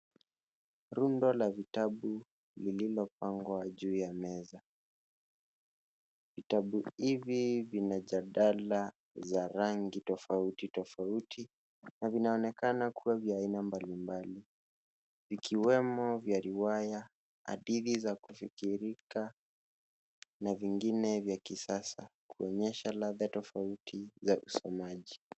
Rundo la vitabu lililopangwa juu ya meza. Vitabu hivi vina jalada za rangi tofautitofauti na vinaonekana kuwa vya aina mbalimbali vikiwemo vya riwaya, hadithi za kufikirika na vingine vya kisasa kuonyesha ladha tofauti za usomaji.